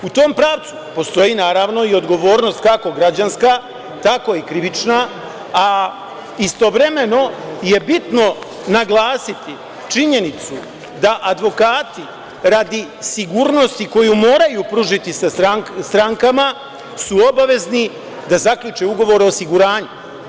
U tom pravcu postoji naravno i odgovornost kako građanska, tako i krivična, a istovremeno je bitno naglasiti činjenicu da advokati radi sigurnosti koju moraju pružiti sa strankama su obavezni da zaključe ugovor o osiguranju.